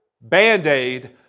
Band-Aid